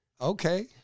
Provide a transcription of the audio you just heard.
Okay